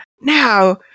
Now